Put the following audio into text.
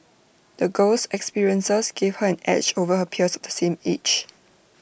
the girl's experiences gave her an edge over her peers of the same age